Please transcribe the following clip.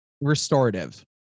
restorative